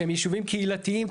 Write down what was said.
שהם ישובים קהילתיים,